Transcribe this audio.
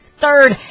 third